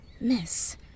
Miss